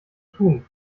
tun